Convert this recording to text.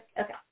Okay